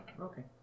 Okay